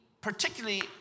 particularly